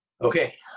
Okay